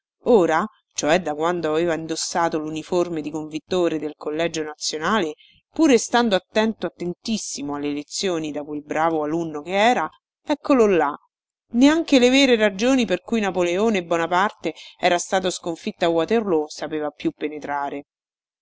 ora cioè da quando aveva indossato luniforme di convittore del collegio nazionale pure stando attento attentissimo alle lezioni da quel bravo alunno che era eccolo là neanche le vere ragioni per cui napoleone bonaparte era stato sconfitto a waterloo sapeva più penetrare